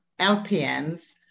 LPNs